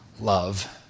love